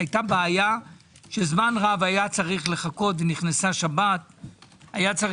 הייתה בעיה שזמן רב היה צריך לחכות ונכנסה שבת - היה צריך